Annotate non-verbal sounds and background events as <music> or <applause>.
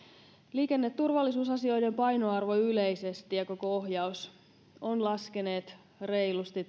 liikenneturvallisuusasioiden painoarvo yleisesti ja koko ohjaus ovat laskeneet reilusti <unintelligible>